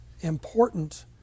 important